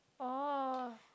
oh